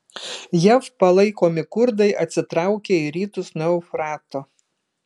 jav palaikomi kurdai atsitraukė į rytus nuo eufrato